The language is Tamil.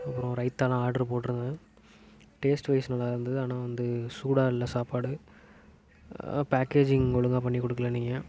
அப்பறம் ரைத்தாலாம் ஆர்ட்ரு போட்டுருந்தேன் டேஸ்ட் வைஸ் நல்லா தான் இருந்தது ஆனால் வந்து சூடாக இல்லை சாப்பாடு பேக்கேஜிங் ஒழுங்காக பண்ணிக் கொடுக்குல நீங்கள்